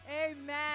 Amen